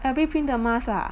L_V print 的 mask ah